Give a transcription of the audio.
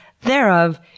thereof